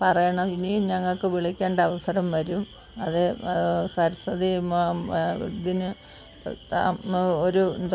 പറയണം ഇനിയും ഞങ്ങൾക്ക് വിളിക്കേണ്ട അവസരം വരും അത് സരസ്വതി മാം ഇതിന് ഒരു